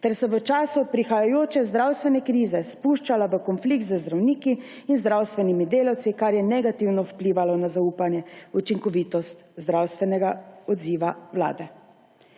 ter se v času prihajajoče zdravstvene krize spuščala v konflikt z zdravniki in zdravstvenimi delavci, kar je negativno vplivalo na zaupanje v učinkovitost zdravstvenega odziva vlade.